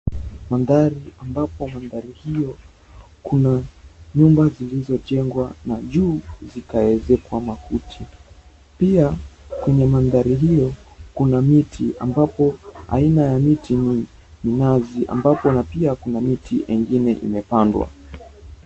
Mandhari ambapo mandhari hiyo kuna nyumba zilizojengwa na juu zikaezekwa makuti. Pia, kwenye mandhari hiyo, kuna miti ambapo aina ya miti ni minazi ambapo na pia kuna miti ingine imepandwa.